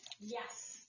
Yes